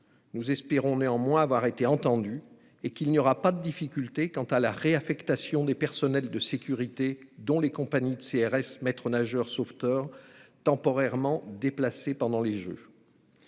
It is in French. Nous espérons néanmoins avoir été entendus et qu'il n'y aura pas de difficulté dans la réaffectation des personnels de sécurité, notamment les compagnies de CRS maîtres-nageurs sauveteurs (MNS), temporairement déplacés pendant les Jeux.